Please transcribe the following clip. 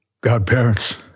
Godparents